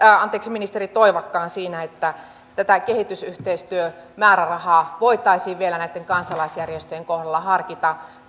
ministeri toivakkaan siinä että tätä kehitysyhteistyömäärärahaa voitaisiin vielä näitten kansalaisjärjestöjen kohdalla harkita